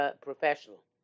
professional